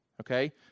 okay